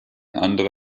andere